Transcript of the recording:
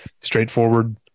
straightforward